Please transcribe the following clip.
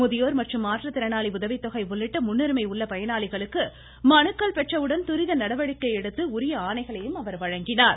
முதியோர் மற்றும் மாற்றுத்திறனாளி உதவித்தொகை உள்ளிட்ட முன்னுரிமை உள்ள பயனாளிகளுக்கு மனுக்கள் பெற்றவுடன் துரித நடவடிக்கை எடுத்து உரிய ஆணைகளையும் வழங்கினார்